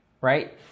right